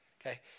Okay